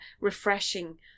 refreshing